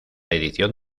edición